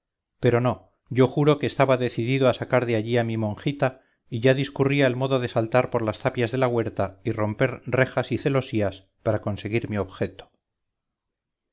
pero no yo juro que estaba decidido a sacar de allí a mi monjita y ya discurría el modo de saltar por las tapias de la huerta y romper rejas y celosías para conseguir mi objeto